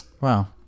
Wow